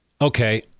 Okay